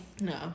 No